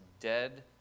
dead